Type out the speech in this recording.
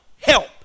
help